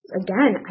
again